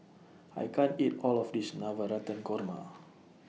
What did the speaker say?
I can't eat All of This Navratan Korma